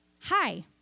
hi